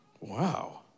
Wow